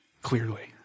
clearly